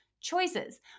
choices